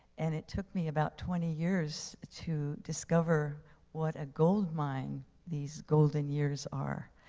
and it took me about twenty years to discover what a gold mine these golden years are.